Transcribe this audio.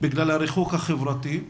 בגלל הריחוק החברתי,